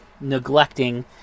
neglecting